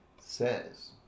says